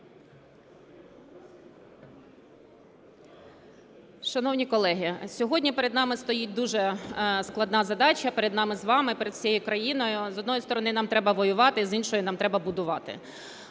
Шановні колеги! Сьогодні перед нами стоїть дуже складна задача, перед нами з вами, перед всією країною. З одної сторони, нам треба воювати, з іншої – нам треба будувати.